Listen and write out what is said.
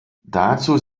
dazu